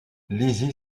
lizy